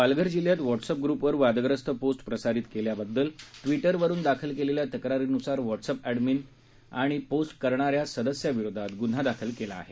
पालघर जिल्ह्यात व्हाट्सएप ग्र्पवर वादग्रस्त पोस्ट प्रसारित केल्याबाबत ट्विटरवरून दाखल तक्रारीनुसार व्हाट्सएप ग्रुप ऐडमिन आणि पोस्ट करणाऱ्या सदस्याविरोधात ग्न्हा दाखल झाला आहे